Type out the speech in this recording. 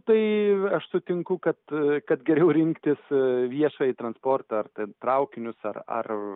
tai aš sutinku kad kad geriau rinktis viešąjį transportą ar ten traukinius ar ar